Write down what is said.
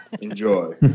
Enjoy